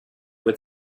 with